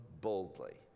boldly